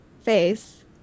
face